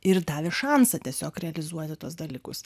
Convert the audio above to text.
ir davė šansą tiesiog realizuoti tuos dalykus